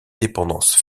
dépendances